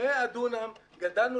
גדלנו